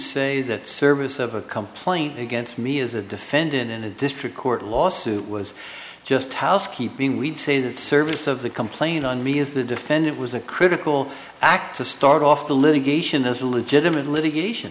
say that service of a complaint against me as a defendant in a district court lawsuit was just housekeeping we'd say that service of the complaint on me is the defendant was a critical act to start off the litigation as a legitimate litigation